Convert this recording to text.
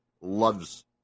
loves